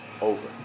over